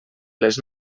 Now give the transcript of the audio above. les